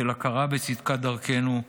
של הכרה בצדקת דרכנו,